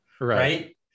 right